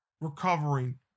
recovering